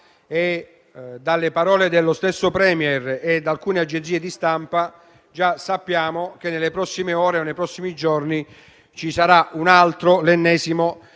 dalle parole dello stesso *Premier* e da alcune agenzie di stampa, già sappiamo che nelle prossime ore o nei prossimi giorni ci sarà l'ennesimo